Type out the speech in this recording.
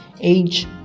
age